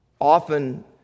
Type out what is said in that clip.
Often